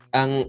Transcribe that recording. ang